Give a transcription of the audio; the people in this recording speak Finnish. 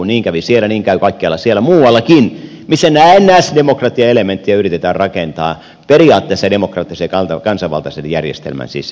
niin kävi siellä niin käy kaikkialla siellä muuallakin missä näennäisdemokratiaelementtiä yritetään rakentaa periaatteessa demokraattisen kansanvaltaisen järjestelmän sisään